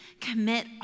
commit